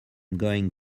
going